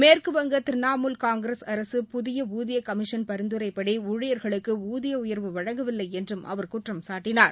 மேற்குவங்க திரிணமூல் காங்கிரஸ் அரசு புதிய ஊதியக் கமிஷன் பரிந்துரைப்படி ஊழியர்களுக்கு ஊதிய உயர்வு வழங்கவில்லை என்றும் அவர் குற்றம்சாட்டினார்